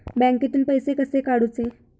बँकेतून पैसे कसे काढूचे?